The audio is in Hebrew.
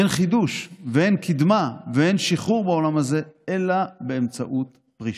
אין חידוש ואין קדמה ואין שחרור בעולם הזה אלא באמצעות פרישה.